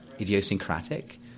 idiosyncratic